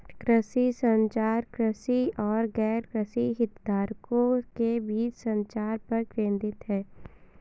कृषि संचार, कृषि और गैरकृषि हितधारकों के बीच संचार पर केंद्रित है